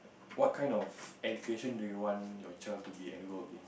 what kind of education do you want your child to be enrolled in